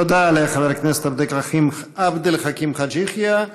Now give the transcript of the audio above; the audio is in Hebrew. תודה לחבר הכנסת עבד אל חכים חאג' יחיא.